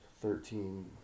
Thirteen